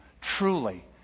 Truly